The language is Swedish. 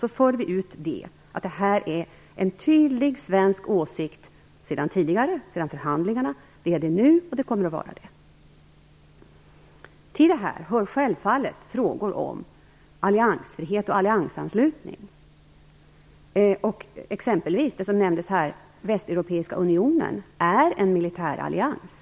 Vi skall då föra ut att det är en tydlig svensk åsikt sedan tidigare, sedan förhandlingar, att det är nu och att det kommer att vara det. Till detta hör självfallet frågor om alliansfrihet och alliansanslutning. Det som exempelvis nämndes här, Västeuropeiska unionen, är en militärallians.